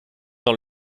dans